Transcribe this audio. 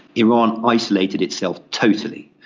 iran isolated itself totally.